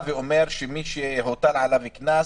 שמי שמוטל עליו קנס